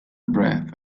breath